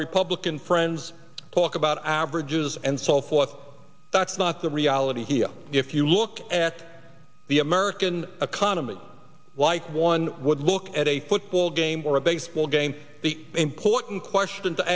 republican friends talk about averages and so forth but that's not the reality here if you look at the american economy like one would look at a football game or a baseball game the important question to